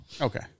Okay